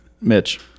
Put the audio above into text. Mitch